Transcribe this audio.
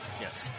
Yes